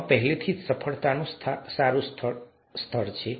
આમાં પહેલેથી જ સફળતાનું સારું સ્તર છે